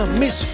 miss